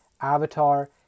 Avatar